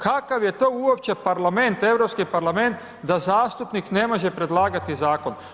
Kakav je to uopće parlament, Europski parlament, da zastupnik ne može predlagati zakon?